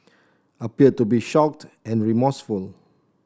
appeared to be shocked and remorseful